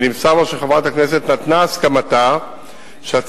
ונמסר לו שחברת הכנסת נתנה הסכמתה שהצעת